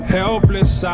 helpless